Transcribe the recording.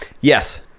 Yes